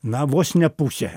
na vos ne pusė